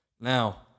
Now